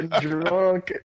drunk